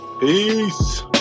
peace